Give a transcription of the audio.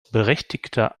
berechtigter